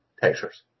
textures